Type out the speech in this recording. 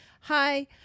hi